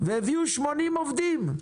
והביאו 80 עובדים.